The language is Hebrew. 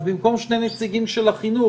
אז במקום שני נציגים של החינוך,